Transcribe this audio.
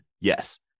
yes